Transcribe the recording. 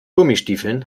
gummistiefeln